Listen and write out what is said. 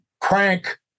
crank